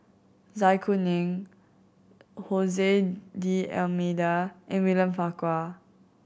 Zai Kuning D'Almeida and William Farquhar